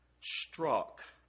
struck